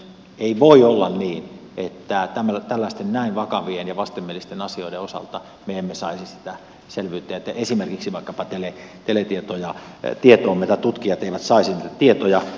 ei voi olla niin että tällaisten näin vakavien ja vastenmielisten asioiden osalta me emme saisi sitä selvyyttä esimerkiksi vaikkapa teletietoja tietoomme tai tutkijat eivät saisi niitä tietoja